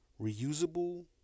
Reusable